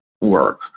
work